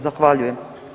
Zahvaljujem.